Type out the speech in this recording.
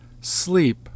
sleep